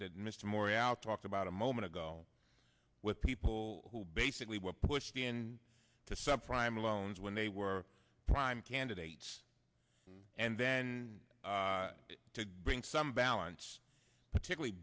that mr moore out talked about a moment ago with people who basically were pushed in to subprime loans when they were prime candidates and then to bring some balance particularly